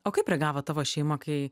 o kaip reagavo tavo šeima kai